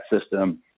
system